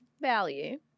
value